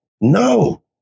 no